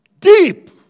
Deep